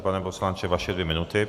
Pane poslanče, vaše dvě minuty.